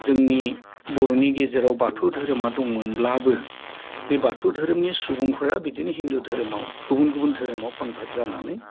जों नि बर'नि गेजेराव बाथौ धोरोमा दंमोनब्लाबो बे बाथौ धोरोमनि सुबुंफोरा बिदिनो हिन्दु धोरोमाव गुबुन गुबुन धोरोमाव कनभारथ जानानै